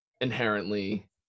inherently